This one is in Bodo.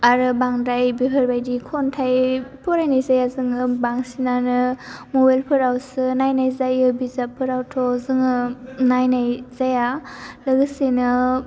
आरो बांद्राय बेफोरबायदि खन्थाइ फरायनाय जाया जोङो बांसिनानो मबाइलफोरावसो नायनाय जायो बिजाबफोरावथ' जोङो नायनाय जाया लोगोसेनो